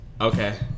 Okay